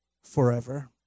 forever